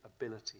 ability